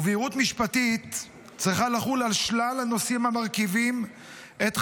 ובהירות משפטית צריכה לחול על שלל הנושאים המרכיבים את חיינו,